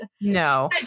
No